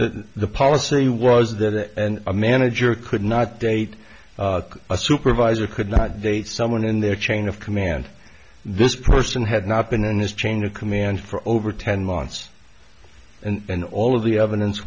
that the policy was that a manager could not date a supervisor could not date someone in their chain of command this person had not been in this chain of command for over ten months and all of the evidence